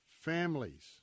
families